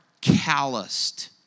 calloused